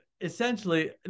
essentially